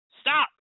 Stop